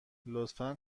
لطفا